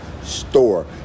store